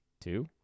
two